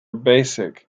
basic